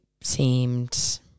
seemed